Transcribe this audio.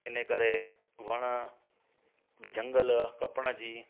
इन करे वण बि जंगल कपण जी